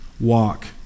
walk